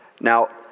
Now